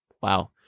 Wow